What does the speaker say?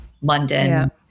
London